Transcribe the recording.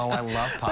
i love